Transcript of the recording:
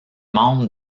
membre